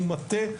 הוא מטה,